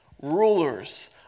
Rulers